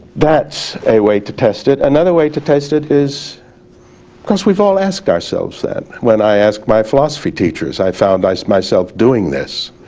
that's a way to test it. another way to test it is cause we've all asked ourselves that. when i asked my philosophy teachers i found i ask myself doing this